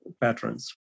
patterns